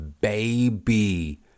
baby